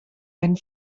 einen